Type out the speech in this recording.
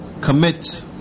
commit